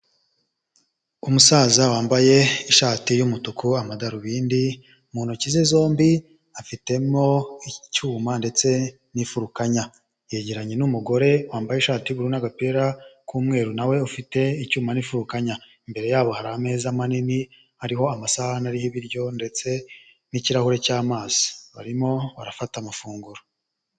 Umusaza wambaye ishati y'umutuku amadarubindi, mu ntoki ze zombi afitemo icyuma ndetse n'imfurukanya, yegeranye n'umugore wambaye ishati y'uburu n'agapira k'umweru nawe ufite icyuma n'ifurukanya, imbere yabo hari ameza manini hariho amasahani y'ibiryo ndetse n'ikirahure cy'amazi barimo barafata amafunguro.